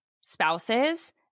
spouses